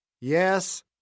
Yes